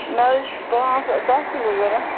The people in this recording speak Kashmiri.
مےٚ حظ چھِ پانٛژھ دَہ کِلوٗ ضروٗرت